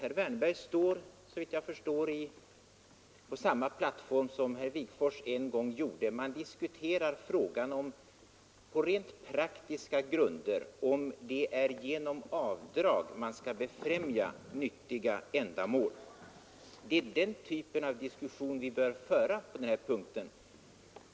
Herr Wärnberg står, såvitt jag förstår, på samma plattform som herr Wigforss en gång gjorde: man diskuterar på rent praktiska grunder om det är genom avdrag man skall befrämja nyttiga ändamål eller om det kan ske på annan väg. Det är den typen av diskussion vi bör föra i den här frågan.